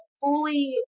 fully